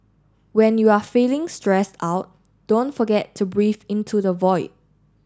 when you are feeling stressed out don't forget to breathe into the void